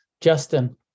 justin